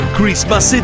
Christmas